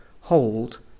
hold